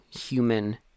human